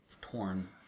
torn